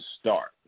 start